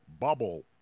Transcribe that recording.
bubble